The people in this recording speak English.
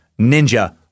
Ninja